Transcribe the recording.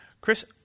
Chris